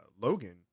Logan